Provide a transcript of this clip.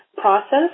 process